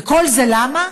וכל זה למה?